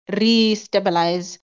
re-stabilize